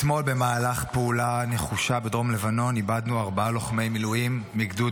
אתמול במהלך פעולה נחושה בדרום לבנון איבדנו ארבעה לוחמי מילואים מגדוד